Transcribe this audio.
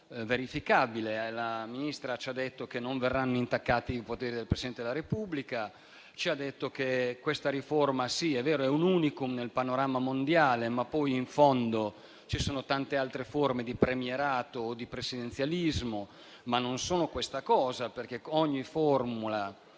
verificabile. La Ministra ci ha detto che non verranno intaccati i poteri del Presidente della Repubblica, che questa riforma - sì, è vero - è un *unicum* nel panorama mondiale, ma, in fondo, vi sono tante altre forme di premierato o di presidenzialismo. Non sono, però, questa cosa. Noi siamo